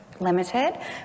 Limited